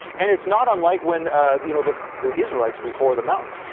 and it's not unlike when you know the the israelites, before the mountains,